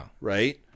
right